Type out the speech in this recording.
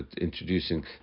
introducing